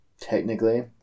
Technically